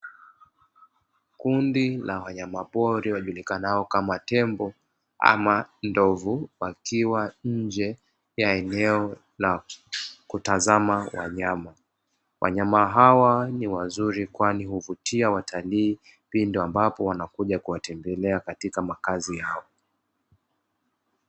Kundi la wanyama pori wajulikanao kama tembo ama ndovu, wakiwa nje ya eneo la kutazama wanyama. Wanyama hawa ni wazuri kwani huvutia watalii pindi ambapo wanakuja kuwatembelea katika makazi hapo.